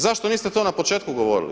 Zašto niste to na početku govorili?